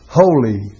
holy